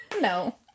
No